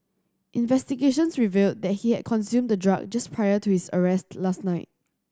investigations revealed that he had consumed the drug just prior to his arrest last night